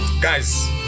Guys